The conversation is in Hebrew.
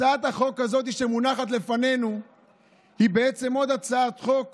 הצעת החוק שמונחת לפנינו היא בעצם עוד הצעת חוק